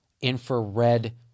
infrared